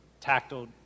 tactile